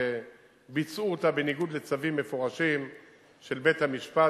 וביצעו אותה בניגוד לצווים מפורשים של בית-המשפט,